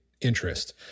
interest